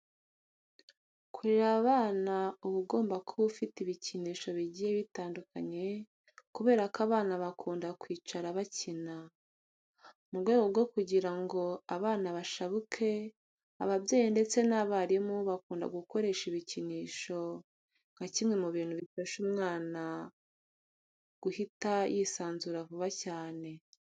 Kurera abana uba ugomba kuba ufite ibikinisho bigiye bitandukanye kubera ko abana bakunda kwicara bakina. Mu rwego rwo kugira ngo abana bashabuke, ababyeyi ndetse n'abarimu bakunda gukoresha ibikinisho nka kimwe mu bintu bifasha umwana guhita yisanzura vuba cyane.